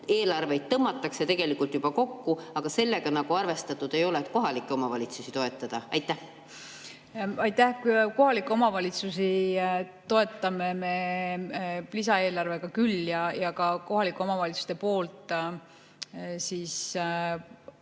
Eelarveid tõmmatakse tegelikult juba kokku, aga sellega arvestatud ei ole, et kohalikke omavalitsusi toetada. Aitäh! Kohalikke omavalitsusi toetame me lisaeelarvega küll ja ka kohalike omavalitsuste tehtavate